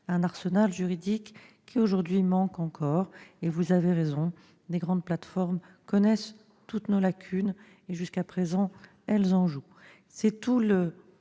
un arsenal juridique qui aujourd'hui manque encore. Vous avez raison, les grandes plateformes connaissent toutes nos lacunes et, jusqu'à présent, elles en jouent. C'est tout le